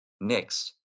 Next